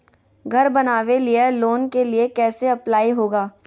घर बनावे लिय लोन के लिए कैसे अप्लाई होगा?